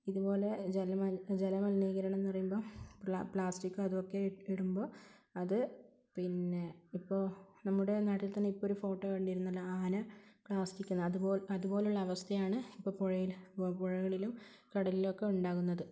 ഇതുപോലെ ജലമലിനീകരണമെന്ന് പറയുമ്പോള് പ്ലാസ്റ്റിക് അതൊക്കെ ഇടുമ്പോള് അത് പിന്നെ ഇപ്പോള് നമ്മുടെ നാട്ടിൽ തന്നെ ഇപ്പോഴൊരു ഫോട്ടോ കണ്ടിരുന്നല്ലോ ആന പ്ലാസ്റ്റിക് തിന്നുന്നത് അതുപോലെയുള്ള അവസ്ഥയാണ് ഇപ്പോള് പുഴയിലും പുഴകളിലും കടലിലുമൊക്കെ ഉണ്ടാകുന്നത്